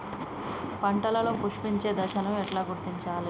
పంటలలో పుష్పించే దశను ఎట్లా గుర్తించాలి?